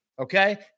okay